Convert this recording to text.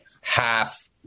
half